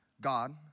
God